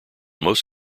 most